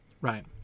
right